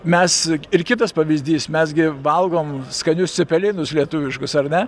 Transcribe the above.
mes ir kitas pavyzdys mes gi valgome skanius cepelinus lietuviškus ar ne